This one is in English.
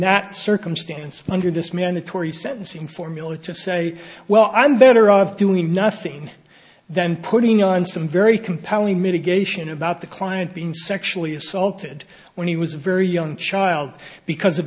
that circumstance under this mandatory sentencing formula to say well i'm better off doing nothing then putting on some very compelling mitigation about the client being sexually assaulted when he was very young child because of